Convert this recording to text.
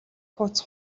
хуудас